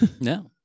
No